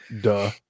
duh